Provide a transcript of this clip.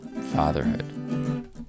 fatherhood